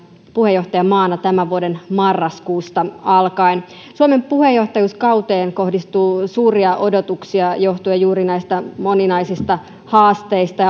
puheenjohtajamaana tämän vuoden marraskuusta alkaen suomen puheenjohtajuuskauteen kohdistuu suuria odotuksia johtuen juuri näistä moninaisista haasteista